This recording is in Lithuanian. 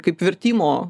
kaip vertimo